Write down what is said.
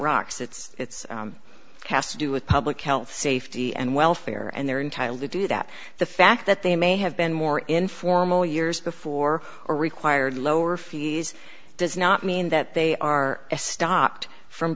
rocks it's has to do with public health safety and welfare and they're entitled to do that the fact that they may have been more informal years before or required lower fees does not mean that they are a stopped from